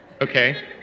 Okay